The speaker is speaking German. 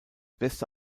beste